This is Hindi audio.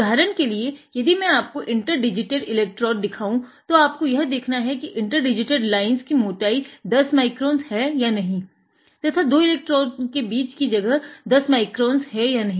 उदाहरन के लिए यदि मै आपको इंटर डिजीटेड एलेक्ट्रोड़ की मोटाई 10 माइक्रोन्स है या नहीं तथा दो एलेक्ट्रोड़ के बीच की जगह 10 माइक्रोन्स है या नही